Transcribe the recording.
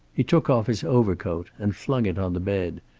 he took off his overcoat and flung it on the bed,